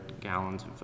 gallons